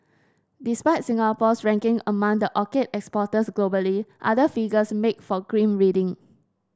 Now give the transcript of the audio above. despite Singapore's ranking among the orchid exporters globally other figures make for grim reading